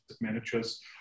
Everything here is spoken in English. managers